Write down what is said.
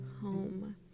home